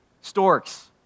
Storks